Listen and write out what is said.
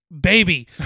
Baby